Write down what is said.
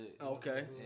Okay